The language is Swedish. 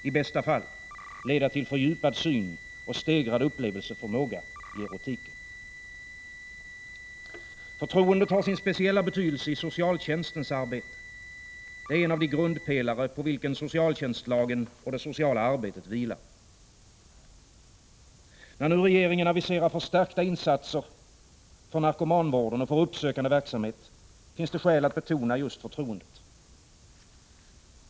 i bästa fall leda till fördjupad syn och stegrad upplevelseförmåga i erotiken. Förtroendet har sin speciella betydelse i socialtjänstens arbete. Det är en av de grundpelare på vilka socialtjänstlagen och det sociala arbetet vilar. När nu regeringen aviserar förstärkta insatser för narkomanvården och för uppsökande verksamhet finns det skäl att betona just förtroendet.